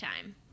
time